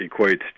equates